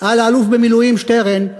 על אלוף במילואים שטרן.